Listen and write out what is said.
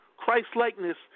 Christ-likeness